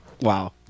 Wow